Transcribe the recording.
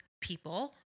people